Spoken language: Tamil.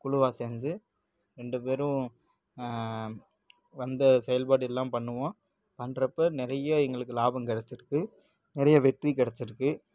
குழுவா சேர்ந்து ரெண்டு பேரும் வந்து செயல்பாடு எல்லாம் பண்ணுவோம் பண்ணுறப்ப நிறைய எங்களுக்கு லாபம் கிடச்சிருக்கு நிறைய வெற்றி கிடச்சிருக்கு